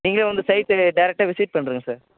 நீங்களே வந்து சைட்டை டேரக்ட்டாக விசிட் பண்ணிவிடுங்க சார்